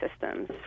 systems